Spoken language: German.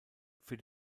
für